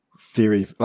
theory